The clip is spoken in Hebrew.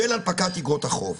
של הנפקת איגרות החוב.